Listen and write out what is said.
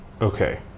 okay